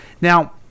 Now